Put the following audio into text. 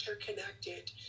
interconnected